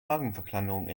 magenverkleinerung